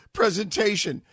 presentation